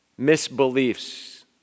misbeliefs